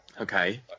Okay